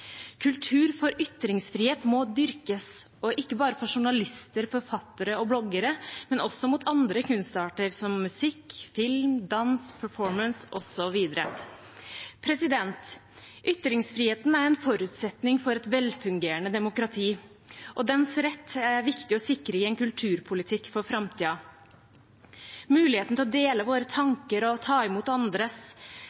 Kultur for ytringsfrihet må dyrkes, ikke bare for journalister, forfattere og bloggere, men også i andre kunstarter, som musikk, film, dans, performance, osv. Ytringsfriheten er en forutsetning for et velfungerende demokrati, og dens rett er viktig å sikre i en kulturpolitikk for framtiden. Muligheten til å dele våre